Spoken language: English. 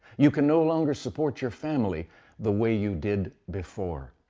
you can no longer support your family the way you did before.